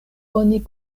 oni